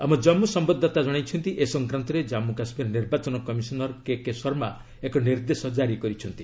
ଆମ ଜାନ୍ଗୁ ସମ୍ଭାଦଦାତା ଜଣାଇଛନ୍ତି ଏ ସଂକ୍ରାନ୍ତରେ ଜାମ୍ପୁ କାଶ୍ମୀର ନିର୍ବାଚନ କମିଶନର କେକେ ଶର୍ମା ଏକ ନିର୍ଦ୍ଦେଶ ଜାରି କରିଛନ୍ତି